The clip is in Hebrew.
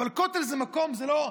אבל כותל זה מקום שלא,